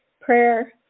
prayer